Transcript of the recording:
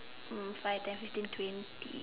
um five ten fifteen twenty